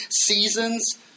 seasons